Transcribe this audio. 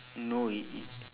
no it it